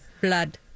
blood